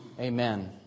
Amen